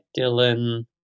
Dylan